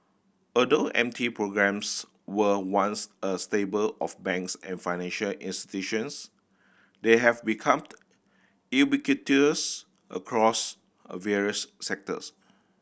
although M T programmes were once a staple of banks and financial institutions they have become ubiquitous across a various sectors